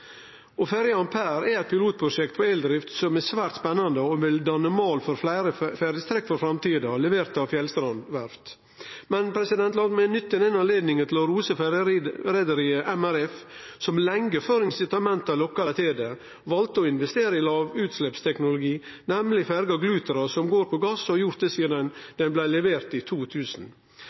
Ferja «Ampere», levert av Fjellstrand verft, er eit pilotprosjekt innan eldrift som er svært spennande og vil danne mal for fleire ferjestrekk i framtida. Lat meg nytte denne anledninga til å rose ferjereiarlaget MRF, som lenge før insitamenta lokka dei til det, valde å investere i lågutsleppsteknologi, nemleg ferja «Glutra», som går på gass og har gjort det sidan den blei levert i 2000.